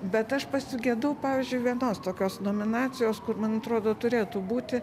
bet aš pasigedau pavyzdžiui vienos tokios nominacijos kur man atrodo turėtų būti